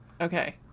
Okay